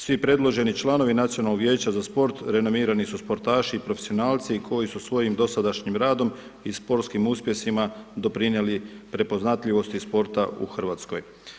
Svi predloženi članovi Nacionalnog vijeća za sport renomirani su sportaši i profesionalci i koji su svojim dosadašnjim radom i sportskim uspjesima doprinijeli prepoznatljivosti sporta u Hrvatskoj.